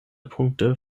punkte